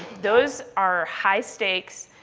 those are high-stakes,